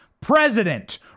president